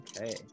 Okay